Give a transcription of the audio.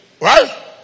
right